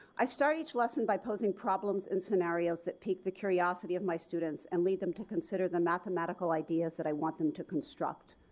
i start each lesson by posing problems and scenarios that pique the curiosity of my students and lead them to consider the mathematical ideas i want them to construct.